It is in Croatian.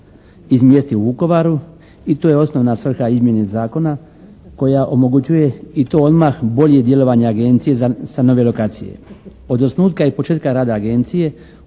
izmjesti u Vukovaru i to je osnovna svrha izmjene zakona koja omogućuje i to odmah bolje djelovanje agencije sa nove lokacije. Od osnutka i početka rada agencije